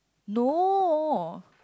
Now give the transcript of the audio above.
no